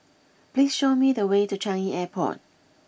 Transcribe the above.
please show me the way to Changi Airport